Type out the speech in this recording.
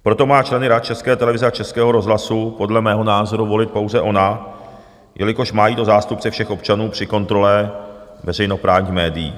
Proto má členy rad České televize a Českého rozhlasu podle mého názoru volit pouze ona, jelikož má jít o zástupce všech občanů při kontrole veřejnoprávních médií.